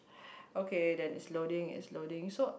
okay then is loading is loading so